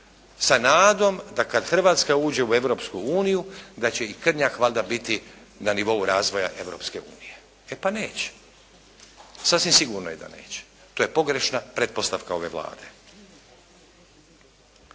sa nadom da kada Hrvatska uđe u Europsku uniju, da će i Krnjak valjda biti na nivou razvoja Europske unije. E pa neće. Sasvim sigurno je da neće. To je pogrešna pretpostavka ove Vlade.